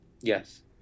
Yes